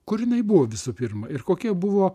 kur jinai buvo visų pirma ir kokie buvo